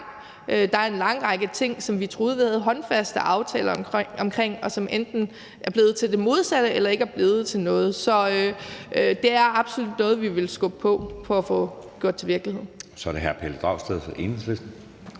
Der er en lang række ting, som vi troede vi havde håndfaste aftaler omkring, og som enten er blevet til det modsatte eller ikke er blevet til noget. Så det er absolut noget, vi vil på skubbe på for at få gjort til virkelighed. Kl. 11:51 Anden næstformand